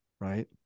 right